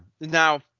Now